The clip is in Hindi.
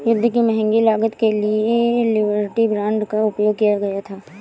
युद्ध की महंगी लागत के लिए लिबर्टी बांड का उपयोग किया गया था